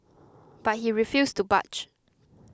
but he refused to budge